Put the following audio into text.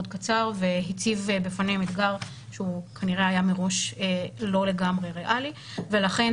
קצר והציב בפניהם אתגר שהוא כנראה היה מראש לא לגמרי ריאלי ולכן